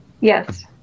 Yes